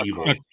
evil